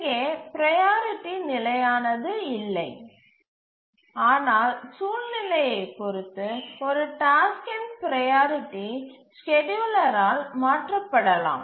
இங்கே ப்ரையாரிட்டி நிலையானதாக இல்லை ஆனால் சூழ்நிலையைப் பொறுத்து ஒரு டாஸ்க்கின் ப்ரையாரிட்டி ஸ்கேட்யூலரால் மாற்றப்படலாம்